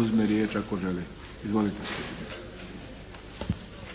uzme riječ ako želi. Izvolite predsjedniče.